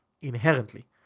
inherently